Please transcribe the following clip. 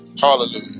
Hallelujah